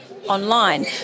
Online